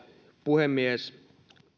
puhemies